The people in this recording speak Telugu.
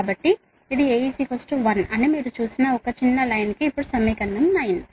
కాబట్టి ఇది A 1 అని మీరు చూసిన ఒక చిన్న line కి ఇప్పుడు సమీకరణం 9